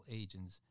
agents